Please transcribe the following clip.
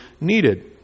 needed